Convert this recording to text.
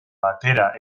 batera